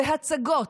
בהצגות,